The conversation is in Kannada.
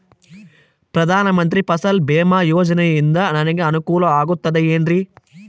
ಪ್ರಧಾನ ಮಂತ್ರಿ ಫಸಲ್ ಭೇಮಾ ಯೋಜನೆಯಿಂದ ನನಗೆ ಅನುಕೂಲ ಆಗುತ್ತದೆ ಎನ್ರಿ?